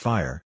Fire